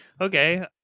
Okay